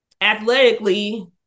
athletically